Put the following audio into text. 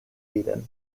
eden